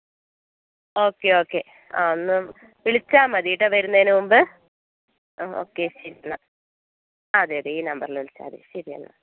okay okay ആ ഒന്ന് വിളിച്ചാൽ മതി കേട്ടോ വരുന്നതിന് മുമ്പ് ആ ഓക്കേ ശരി എന്നാൽ അതെ അതെ ഈ നമ്പറിൽ വിളിച്ചാൽ മതി ശരി എന്നാൽ